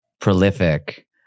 prolific